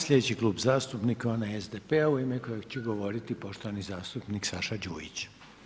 Sljedeći Klub zastupnika onaj SDP-a u ime kojeg će govoriti poštovani zastupnik Saša Đujić.